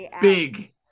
Big